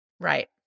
Right